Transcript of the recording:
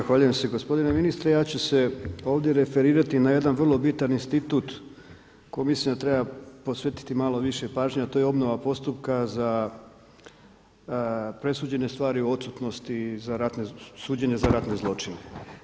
Zahvaljujem se gospodine ministre, ja ću se ovdje referirati na jedan vrlo bitan institut kojem mislim da treba posvetiti malo više pažnje a to je obnova postupka za presuđene stvari u odsutnosti suđenje za ratne zločine.